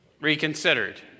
reconsidered